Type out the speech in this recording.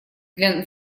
для